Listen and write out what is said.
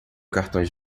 cartões